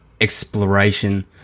exploration